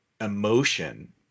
emotion